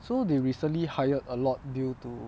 so they recently hired a lot due to